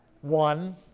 One